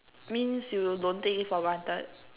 means you don't take it for granted